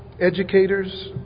educators